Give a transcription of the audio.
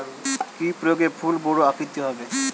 কি প্রয়োগে ফুল বড় আকৃতি হবে?